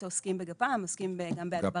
עוסקים בגפ"מ, עוסקים גם בהדברה.